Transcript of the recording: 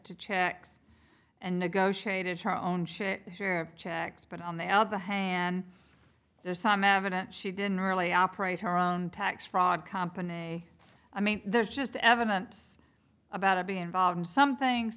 to checks and negotiated her own shit sure checks but on the other hand there's some evidence she didn't really operate her own tax fraud company i mean there's just evidence about to be involved in some things